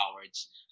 cowards